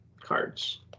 cards